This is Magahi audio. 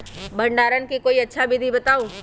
भंडारण के कोई अच्छा विधि बताउ?